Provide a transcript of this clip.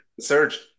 surge